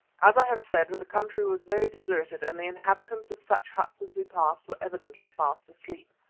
as i have said, the country was very deserted and the inhabitants of such huts as we passed were evidently fast asleep.